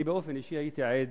אני, באופן אישי, הייתי עד,